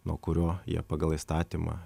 nuo kurio jie pagal įstatymą